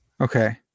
okay